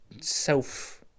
self